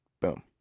Boom